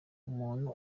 umuntu